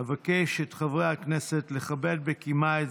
אבקש את חברי הכנסת לכבד בקימה את